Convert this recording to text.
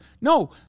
No